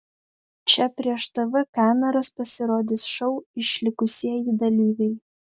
čia prieš tv kameras pasirodys šou išlikusieji dalyviai